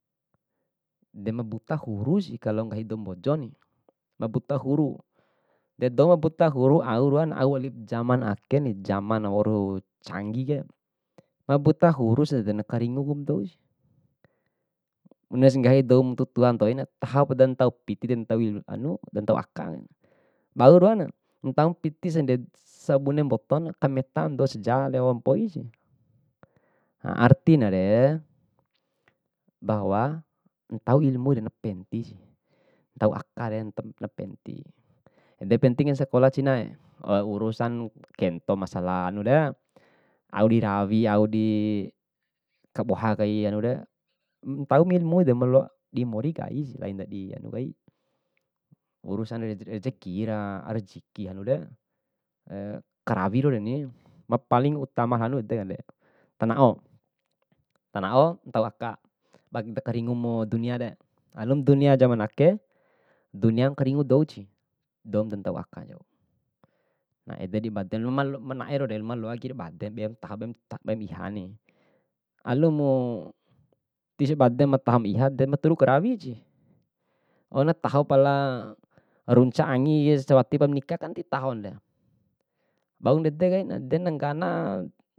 De ma buta hurusi kalo nggahi doumbojoni, mabuta huru, de dou mabuta huru au roan, au walipu jaman akeni jaman mawau canggike, mabuta huruse edena karinguba dousi, bunesi nggahi dou matua ntoina. tahopa dantau piti dantau akalmu. bau ruana ntaumu piti send sabune mbotona kameta badou sejade waura mpoisi. Artinare bahwa ntau ilmude mapentisi ntau akalde napenti, ede penti kai sakola cinae loa urusan kento masala anore audirawi audi kaboha kai anure, ntaumu ilmu maloa dimorikaisi laindi anukai, urusan reje rejekira arujiki anure karawi raureni, paling utama hanudekande tanao tanao, ntau aka baik dakaringumu duniade, alum dunia jaman ake, dunia makaringu douci, dou madantau aka ncau. Na ededi bademu, ma lo ma naeraure maloajara bade bemataho be- bem ihani. Alumu disbademu mataho maiha, maturu karawisi, oh mataho pala runca angi sewatipa nika kan titahonren, bau ndede kain, de nanggana.